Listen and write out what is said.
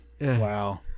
Wow